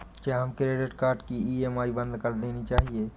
क्या हमें credit card की ई.एम.आई बंद कर देनी चाहिए?